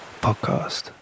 Podcast